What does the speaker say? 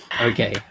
Okay